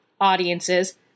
audiences